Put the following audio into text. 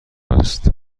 است